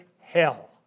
hell